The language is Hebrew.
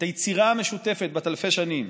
את היצירה המשותפת בת אלפי השנים,